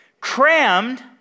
Crammed